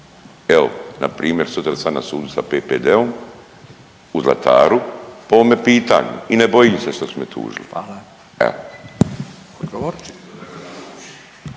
Evo npr. sutra sam na sudu sa PPD-om u Zlataru po ovome pitanju i ne bojim se što su me tužili, evo.